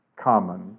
common